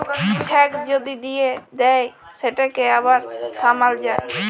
cheque যদি দিঁয়ে দেই সেটকে আবার থামাল যায়